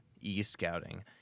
e-scouting